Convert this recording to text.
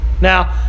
now